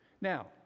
Now